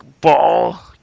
ball